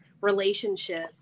relationship